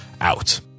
out